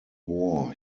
war